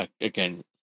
again